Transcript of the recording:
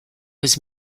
was